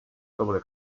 sobre